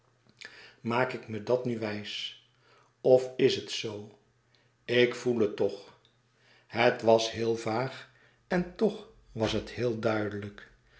maak ik me dat nu wijs of is het zoo ik voel het toch het was heel vaag en toch was het heel duidelijk